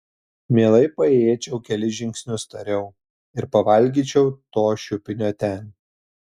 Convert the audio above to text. mielai paėjėčiau kelis žingsnius tariau ir pavalgyčiau to šiupinio ten